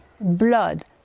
blood